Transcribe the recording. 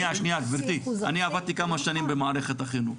שניה גברתי אני עבדתי כמה שנים במערכת החינוך,